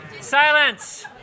silence